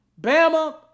Bama